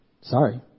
Sorry